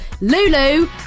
Lulu